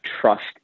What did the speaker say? trust